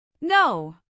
No